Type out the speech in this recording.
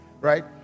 right